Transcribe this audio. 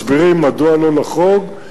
מסבירים מדוע לא לחרוג,